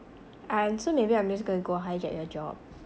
I so maybe I'm just gonna go hijack your job